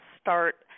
start –